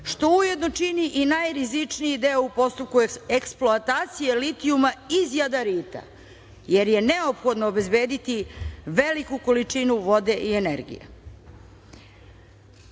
što ujedno čini i najrizičniji deo u postupku eksploatacije litijuma iz jadarita, jer je neophodno obezbediti veliku količinu vode i energije.